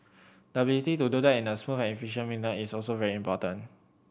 the ability to do that in a smooth and efficient manner is also very important